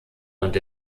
und